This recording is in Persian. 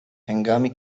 هنگامی